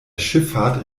schifffahrt